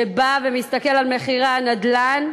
שבא ומסתכל על מחירי הנדל"ן.